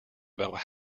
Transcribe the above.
about